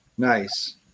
Nice